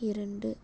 இரண்டு